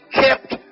kept